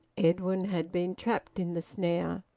edwin had been trapped in the snare.